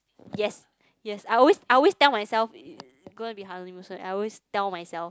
yes yes I always I always tell myself it's gonna be honeymoon soon I always tell myself